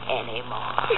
anymore